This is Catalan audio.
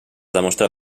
demostra